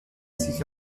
sich